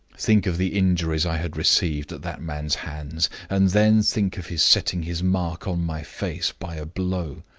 think of the injuries i had received at that man's hands, and then think of his setting his mark on my face by a blow!